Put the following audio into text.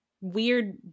weird